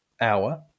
hour